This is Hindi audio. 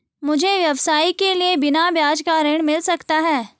मुझे व्यवसाय के लिए बिना ब्याज का ऋण मिल सकता है?